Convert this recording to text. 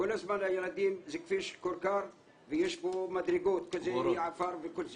זה כביש כורכר ויש בו מדרגות עפר וכל זה.